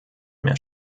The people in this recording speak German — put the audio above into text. mehr